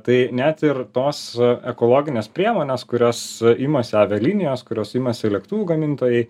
tai net ir tos ekologines priemones kurias imasi avialinijos kurios imasi lėktuvų gamintojai